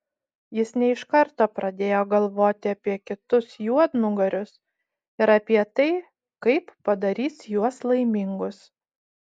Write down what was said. jis ne iš karto pradėjo galvoti apie kitus juodnugarius ir apie tai kaip padarys juos laimingus